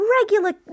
Regular